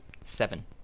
Seven